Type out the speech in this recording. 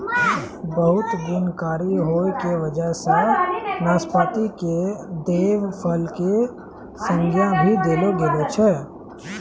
बहुत गुणकारी होय के वजह सॅ नाशपाती कॅ देव फल के संज्ञा भी देलो गेलो छै